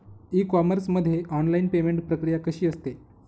E commerce मध्ये online payment प्रक्रिया कशी असते?